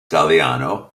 galliano